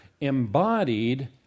embodied